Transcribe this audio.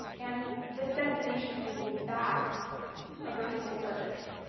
and this destination rule backs a virtual service.